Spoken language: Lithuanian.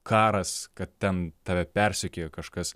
karas kad ten tave persekiojo kažkas